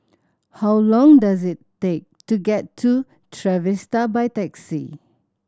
how long does it take to get to Trevista by taxi